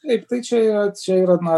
taip tai čia yra čia yra na